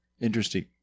Interesting